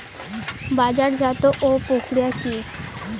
বাজারজাতও প্রক্রিয়া কি?